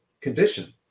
condition